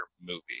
movie